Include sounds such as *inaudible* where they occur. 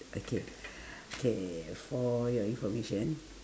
okay *breath* k for your information